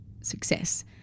success